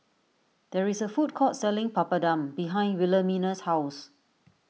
there is a food court selling Papadum behind Wilhelmina's house